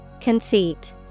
Conceit